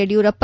Yediyurappa